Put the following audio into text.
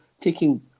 taking